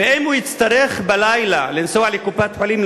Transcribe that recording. ואם הוא יצטרך בלילה לנסוע לקופת-חולים,